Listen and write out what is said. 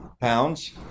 pounds